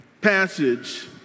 passage